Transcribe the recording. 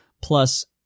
plus